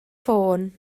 ffôn